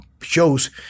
shows